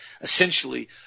essentially